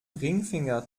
ringfinger